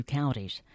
counties